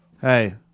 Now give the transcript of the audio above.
Hey